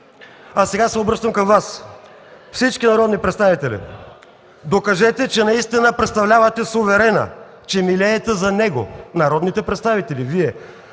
А сега се обръщам към Вас, всички народни представители! Докажете, че наистина представлявате суверена, че милеете за него – Вие, народните представители,